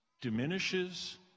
diminishes